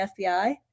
FBI